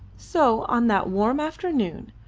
so on that warm afternoon,